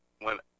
women